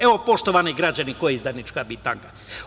Evo, poštovani građani, ko je izdajnička bitanga.